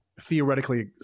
theoretically